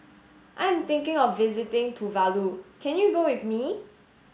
I am thinking of visiting Tuvalu can you go with me